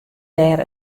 dêr